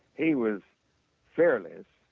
he was fearless.